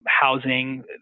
housing